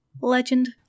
Legend